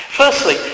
Firstly